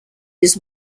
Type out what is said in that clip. his